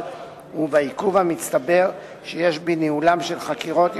ובעיכוב המצטבר שיש בניהול חקירות יכולת,